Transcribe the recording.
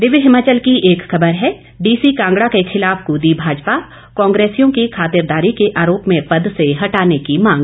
दिव्य हिमाचल की एक खबर है डीसी कांगड़ा के खिलाफ कूदी भाजपा कांग्रेसियों की खातिरदारी के आरोप में पद से हटाने की मांग